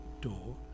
door